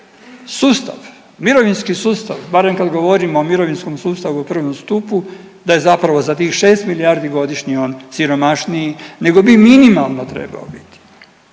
sustav, mirovinski sustav barem kad govorimo o mirovinskom sustavu u 1. stupu da je zapravo za tih 6 milijardi godišnje on siromašniji nego bi minimalno trebao biti.